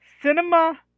Cinema